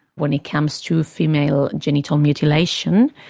when it comes to female genital mutilation,